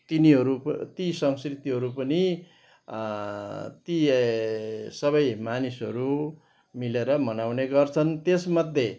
तिनीहरू प ती संस्कृतिहरू पनि ती सबै मानिसहरू मिलेर मनाउने गर्छन् त्यसमध्ये